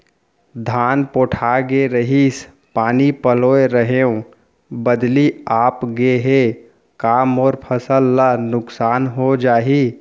धान पोठागे रहीस, पानी पलोय रहेंव, बदली आप गे हे, का मोर फसल ल नुकसान हो जाही?